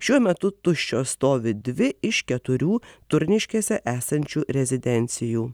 šiuo metu tuščio stovi dvi iš keturių turniškėse esančių rezidencijų